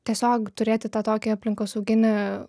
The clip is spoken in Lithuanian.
tiesiog turėti tą tokį aplinkosauginį